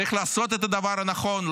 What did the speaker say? צריך לעשות את הדבר הנכון.